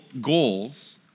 goals